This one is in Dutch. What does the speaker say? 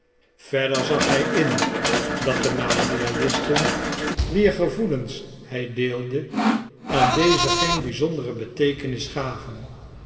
verder zag hij in dat de materialisten wier gevoelens hij deelde aan deze geen bizondere beteekenis gaven